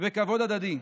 וכבוד הדדי.